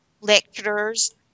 lecturers